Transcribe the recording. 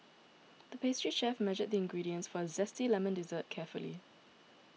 the pastry chef measured the ingredients for a Zesty Lemon Dessert carefully